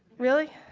really?